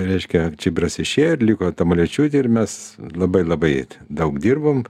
reiškia čibiras išėjo ir liko tamulevičiūtė ir mes labai labai daug dirbom